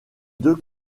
deux